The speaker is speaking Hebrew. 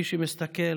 מי שמסתכל,